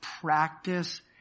practice